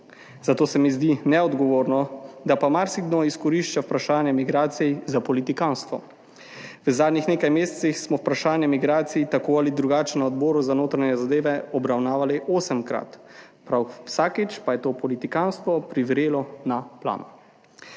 zato se mi zdi neodgovorno, da pa marsikdo izkorišča vprašanje migracij za politikantstvo. V zadnjih nekaj mesecih smo vprašanje migracij tako ali drugače na Odboru za notranje zadeve obravnavali osemkrat, prav vsakič pa je to politikantstvo privrelo na plano.